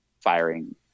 firing